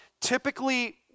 Typically